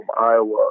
Iowa